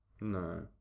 no